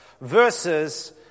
versus